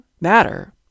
matter